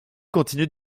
continue